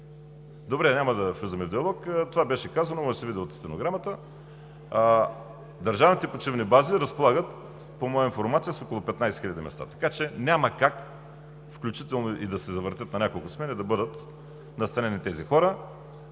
Добре, няма да влизаме в диалог. Това беше казано, ще се види от стенограмата. Държавните почивни бази разполагат – по моя информация – с около 15 хиляди места, така че няма как, включително и да се завъртят на няколко смени, да бъдат настанени тези хора.